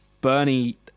Bernie